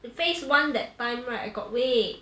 the phase one that time right I got weigh